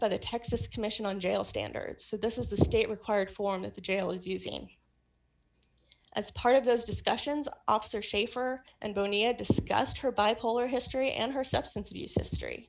by the texas commission on jail standards so this is the state required form of the jail is using as part of those discussions ops or shaffer and bony and discussed her bipolar history and her substance abuse history